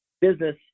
business